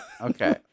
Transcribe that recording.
Okay